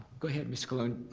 go ahead, mr. cologne,